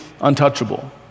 untouchable